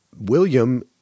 William